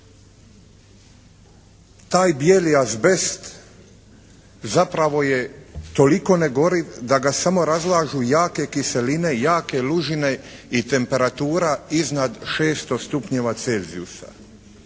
Taj bijeli azbest zapravo je toliko negoriv da ga samo razlažu jake kiseline, jake lužine i temperatura iznad 600 stupnjeva Celzijusa.